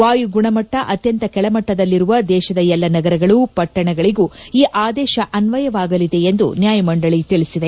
ವಾಯುಗುಣಮಟ್ಟ ಅತ್ತಂತ ಕೆಳಮಟ್ಟದಲ್ಲಿರುವ ದೇಶದ ಎಲ್ಲ ನಗರಗಳು ಪಟ್ಟಣಗಳಗೂ ಈ ಆದೇಶ ಅನ್ವಯವಾಗಲಿದೆ ಎಂದು ನ್ವಾಯಮಂಡಳಿ ತಿಳಿಸಿದೆ